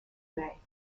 may